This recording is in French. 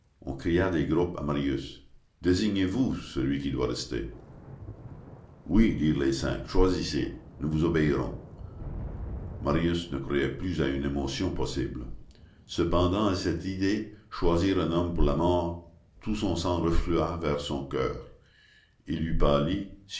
on cria des groupes à marius désignez vous celui qui doit rester oui dirent les cinq choisissez nous vous obéirons marius ne croyait plus à une émotion possible cependant à cette idée choisir un homme pour la mort tout son sang reflua vers son coeur il eût